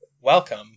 Welcome